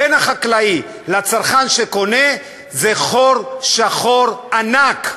בין החקלאי לצרכן שקונה זה חור שחור ענק,